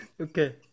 Okay